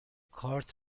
کارت